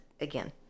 again